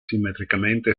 simmetricamente